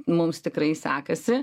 mums tikrai sekasi